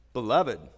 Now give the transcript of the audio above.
Beloved